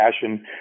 passion